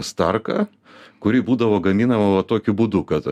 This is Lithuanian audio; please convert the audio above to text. starka kuri būdavo gaminama tokiu būdu kad